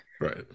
Right